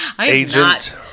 Agent